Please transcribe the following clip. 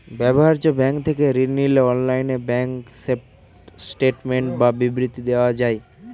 ব্যবহার্য ব্যাঙ্ক থেকে ঋণ নিলে অনলাইনে ব্যাঙ্ক স্টেটমেন্ট বা বিবৃতি দেখা যায়